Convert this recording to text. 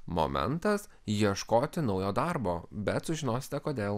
momentas ieškoti naujo darbo bet sužinosite kodėl